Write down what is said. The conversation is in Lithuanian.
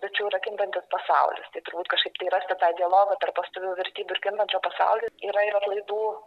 tačiau yra kintantis pasaulis tai turbūt kažkaip tai rasti tą dialogą tarp pastovių vertybių ir kintančio pasaulio yra ir atlaidų